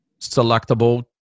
selectable